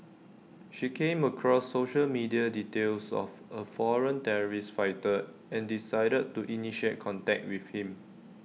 she came across social media details of A foreign terrorist fighter and decided to initiate contact with him